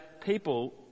people